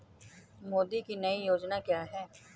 मोदी की नई योजना क्या है?